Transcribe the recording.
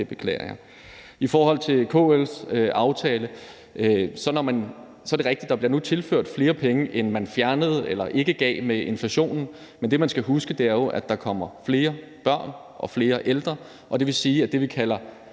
I forhold til KL's aftale er det rigtigt, at der nu bliver tilført flere penge, end man fjernede eller ikke gav med inflationen, men det, man jo skal huske, er, at der kommer flere børn og flere ældre, og det vil sige, at det, vi kalder